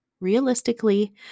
realistically